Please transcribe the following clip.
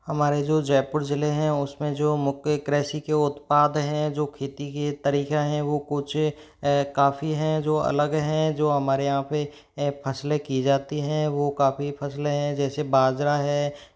हामरे जो जयपुर ज़िले है उस में जो मुख्य कृषि के उत्पाद हैं जो खेती के तरीक़े हैं वो कुछ काफ़ी हैं जो अलग हैं जो हमारे यहाँ पे है फ़सलें की जाती हैं वो काफ़ी फ़सलें है जैसे बाजरा है